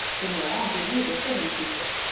then will i give you the serving-creature.